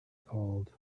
called